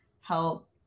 help